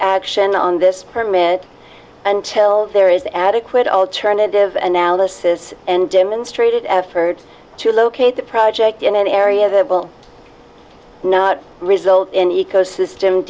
action on this permit until there is adequate alternative and now this is an demonstrated effort to locate the project in an area that will not result in ecosystem